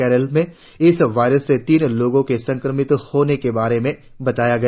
केरल में इस वायरस से तीन लोगों के संक्रमित होने के बारे में बताया गया